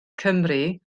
cymru